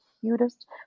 cutest